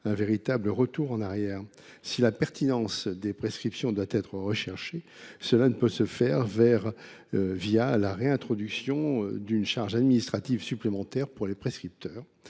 un véritable retour en arrière. Si la pertinence des prescriptions doit être recherchée, cela ne peut se faire la réintroduction d’une charge administrative supplémentaire pour les prescripteurs.